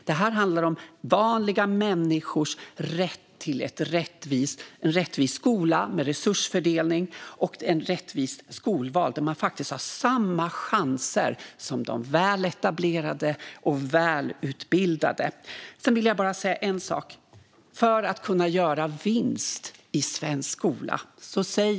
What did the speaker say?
Det här handlar om vanliga människors rätt till en rättvis skola, med resursfördelning, och ett rättvist skolval där man faktiskt har samma chanser som de väletablerade och välutbildade. Jag vill bara säga en sak apropå att kunna göra vinst i svensk skola.